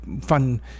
fun